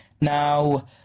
Now